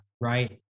right